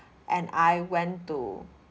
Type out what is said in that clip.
and I went to